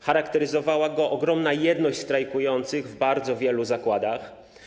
Charakteryzowała go ogromna jedność strajkujących w bardzo wielu zakładach.